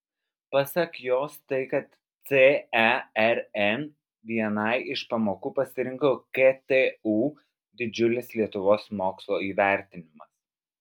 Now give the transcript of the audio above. pasak jos tai kad cern vienai iš pamokų pasirinko ktu didžiulis lietuvos mokslo įvertinimas